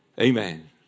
Amen